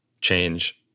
change